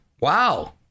Wow